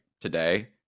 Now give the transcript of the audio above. today